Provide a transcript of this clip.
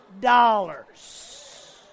Dollars